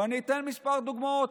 אני אתן כמה דוגמאות,